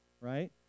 right